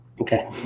okay